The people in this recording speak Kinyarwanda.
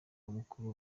mukuru